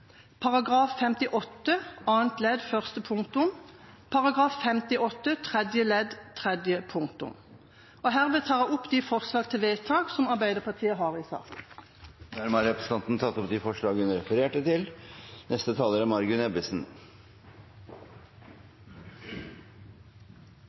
58 annet ledd første punktum og § 58 tredje ledd tredje punktum. Jeg tar herved opp de forslagene til vedtak som Arbeiderpartiet har sammen med Senterpartiet i saken. Representanten Kari Henriksen har tatt opp de forslagene hun refererte til.